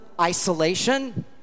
isolation